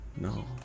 no